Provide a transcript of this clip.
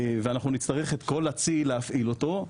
ואנחנו נצטרך את כל הצי להפעיל אותו,